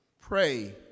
Pray